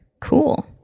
cool